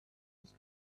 his